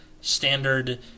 Standard